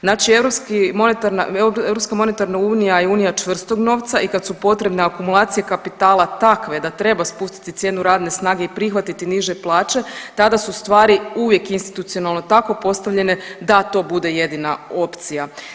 Znači Europska monetarna unija je unija čvrstog novca i kada su potrebne akumulacije kapitala takve da treba spustiti cijenu radne snage i prihvatiti niže plaće, tada su stvari uvijek institucionalno tako postavljene da to bude jedina opcija.